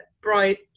bright